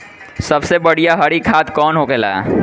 सबसे बढ़िया हरी खाद कवन होले?